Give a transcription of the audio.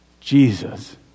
Jesus